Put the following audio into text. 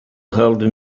held